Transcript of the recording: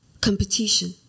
competition